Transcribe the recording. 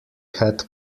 had